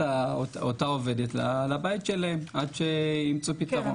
אותה עובדת ועל הבית עד שימצאו פתרון.